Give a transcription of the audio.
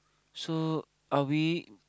so are we